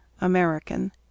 American